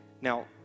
now